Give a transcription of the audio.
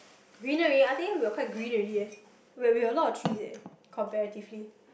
greenery I think we're quite green already eh we have a lot of trees eh comparatively